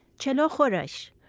chelo khoresh,